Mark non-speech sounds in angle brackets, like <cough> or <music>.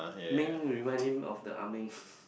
Ming revise name of the Ah-Ming <laughs>